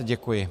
Děkuji.